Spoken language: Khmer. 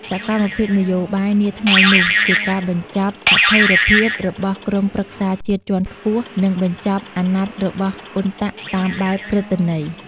សកម្មភាពនយោបាយនាថ្ងៃនោះ ជាការបញ្ចប់អត្ថិភាពរបស់ក្រុមប្រឹក្សាជាតិជាន់ខ្ពស់ និងបញ្ចប់អាណត្តិរបស់អ៊ុនតាក់តាមបែបព្រឹត្តន័យ។